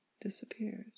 disappears